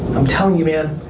i'm telling you man,